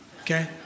okay